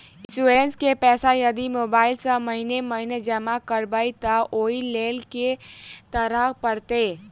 Insurance केँ पैसा यदि मोबाइल सँ महीने महीने जमा करबैई तऽ ओई लैल की करऽ परतै?